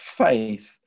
faith